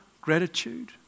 gratitude